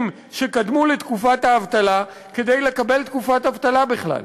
שקדמו לתקופת האבטלה כדי לקבל תקופת אבטלה בכלל.